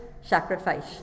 sacrifice